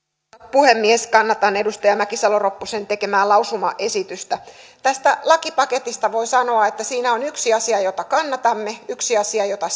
puhemies kannatan edustaja mäkisalo ropposen tekemää lausumaesitystä tästä lakipaketista voi sanoa että siinä on yksi asia jota kannatamme yksi asia jota